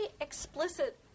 explicit